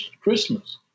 Christmas